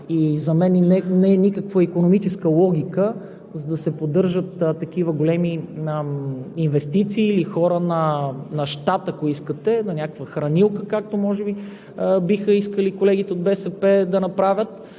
За мен – никаква икономическа логика, за да се поддържат такива големи инвестиции, или хора на щат, ако искате, на някаква хранилка, както може би биха искали колегите от БСП да направят.